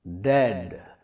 dead